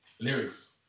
Lyrics